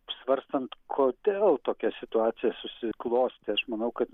svarstant kodėl tokia situacija susiklostė aš manau kad